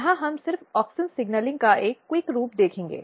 यहाँ हम सिर्फ ऑक्सिन सिग्नलिंग का एक त्वरित रूप देखेंगे